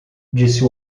disse